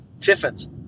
Tiffin's